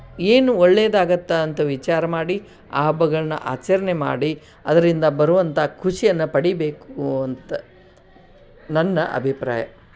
ಏನು ಒಳ್ಳೇದಾಗತ್ತೆ ಅಂತ ವಿಚಾರ ಮಾಡಿ ಆ ಹಬ್ಬಗಳನ್ನು ಆಚರ್ಣೆ ಮಾಡಿ ಅದರಿಂದ ಬರುವಂಥ ಖುಷಿಯನ್ನು ಪಡಿಬೇಕೂ ಅಂತ ನನ್ನ ಅಭಿಪ್ರಾಯ